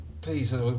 please